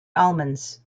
almonds